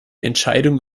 entscheidung